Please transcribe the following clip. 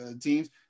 teams